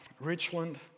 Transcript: Richland